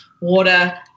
water